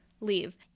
leave